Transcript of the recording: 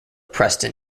preston